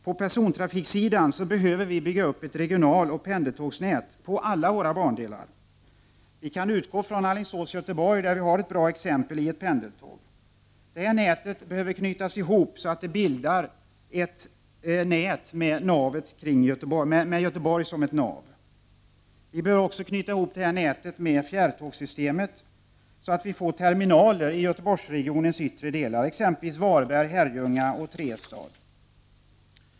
På persontrafiksidan behöver vi bygga upp ett nät med regionala tåg och pendeltåg på alla bandelar. Vi kan utgå från Göteborg-Alingsås, där vi har ett bra exempel på ett pendeltåg. Nätet behöver knytas ihop kring Göteborg som nav. Vi behöver också knyta ihop detta nät med fjärrtågssystemet, så att vi får terminaler i Göteborgsregionens yttre delar, exempelvis i Varberg, Herrljunga och Trestad.